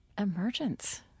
emergence